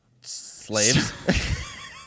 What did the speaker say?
slaves